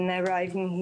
אני יהודייה,